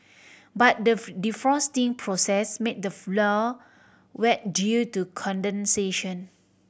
but the defrosting process made the floor wet due to condensation